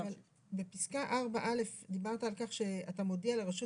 אבל בפסקה (4)(א) דיברת על כך שאתה מודיע לרשות